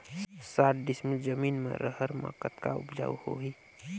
साठ डिसमिल जमीन म रहर म कतका उपजाऊ होही?